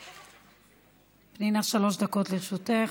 פנינה, שלוש דקות לרשותך.